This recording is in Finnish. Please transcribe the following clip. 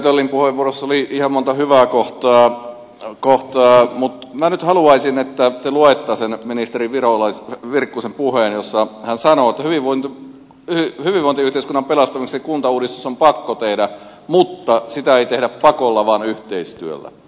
edustaja töllin puheenvuorossa oli monta ihan hyvää kohtaa mutta minä nyt haluaisin että te lukisitte ministeri virkkusen puheen jossa hän sanoo että hyvinvointiyhteiskunnan pelastamiseksi kuntauudistus on pakko tehdä mutta sitä ei tehdä pakolla vaan yhteistyöllä